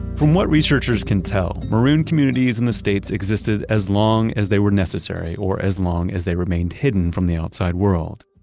from what researchers can tell, maroon communities in the states existed as long as they were necessary or as long as they remained hidden from the outside world.